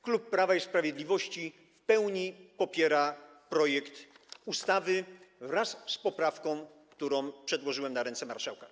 Klub Prawa i Sprawiedliwości w pełni popiera projekt ustawy wraz z poprawką, którą przedłożyłem na ręce marszałka.